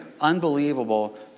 unbelievable